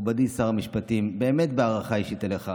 מכובדי שר המשפטים, באמת בהערכה אישית אליך: